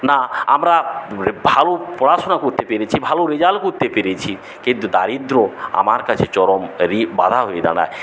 না আমরা ভালো পড়াশোনা করতে পেরেছি ভালো রেজাল্ট করতে পেরেছি কিন্তু দারিদ্র আমার কাছে চরম বাধা হয়ে দাঁড়ায়